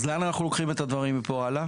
אוקיי, אז לאן אנחנו לוקחים את הדברים מפה הלאה?